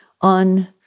on